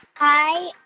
hi.